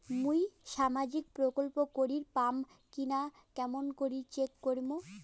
মুই সামাজিক প্রকল্প করির পাম কিনা কেমন করি চেক করিম?